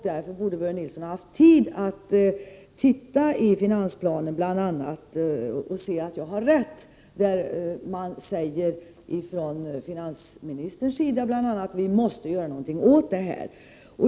Därför borde Börje Nilsson ha haft tid att titta i finansplanen och se att jag har rätt. Där säger bl.a. finansministern att vi måste göra något åt detta.